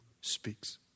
speaks